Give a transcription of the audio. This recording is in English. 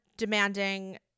demanding